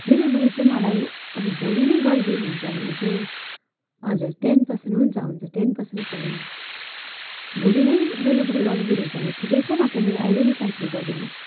delivery चाहिँ मलाई अब भोलि नै गरिदिनुहुन्छ भने चाहिँ हजुर टेन पर्सेन्ट हुन्छ हुन्छ टेन पर्सेन्टको हुन्छ भोलि नै डेलिभेरी गरिदिनु हुन्छ भने ठिकै छ नत्र मेरो अहिले नै क्यानसल गरिदिनुहोस्